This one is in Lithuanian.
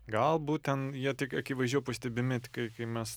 gal būten jie tik akivaizdžiau pastebimi tik kai kai mes